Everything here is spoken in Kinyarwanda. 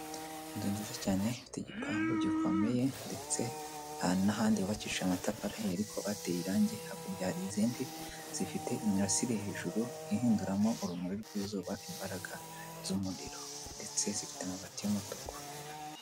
Inzu nziza cyane ifite igipangu gikomeye ndetse n'ahandi hubakishije amatafari ariko ateye irange, hakurya hari izindi zifite imirasire hejuru, ihinduramo urumuri rw'izuba imbaraga z'umuriro ndetse zifite amabati y'umutuku.